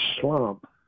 slump